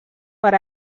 per